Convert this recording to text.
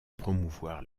promouvoir